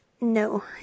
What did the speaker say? No